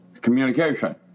communication